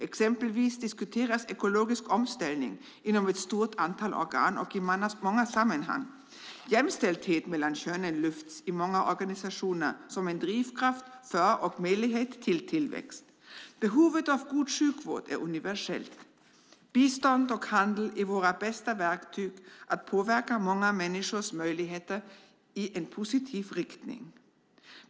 Exempelvis diskuteras ekologisk omställning inom ett stort antal organ och i många sammanhang. Jämställdhet mellan könen lyfts i många organisationer fram som en drivkraft för och möjlighet till tillväxt. Behovet av god sjukvård är universellt. Bistånd och handel är våra bästa verktyg för att påverka många människors möjligheter i en positiv riktning.